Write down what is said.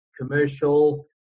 commercial